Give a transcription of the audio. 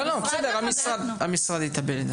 בסדר, המשרד יטפל בזה.